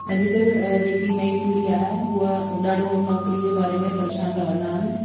अॼुकल्ह जेकी नईं पीढ़ी आहे उहा ॾाढो नौकिरी जे बारे में परेशान रहंदा आहिनि